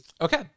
okay